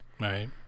Right